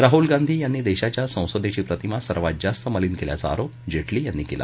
राहुल गांधी यांनी देशाच्या संसदेची प्रतिमा सर्वात जास्त मलिन केल्याचा आरोप जेटली यांनी केला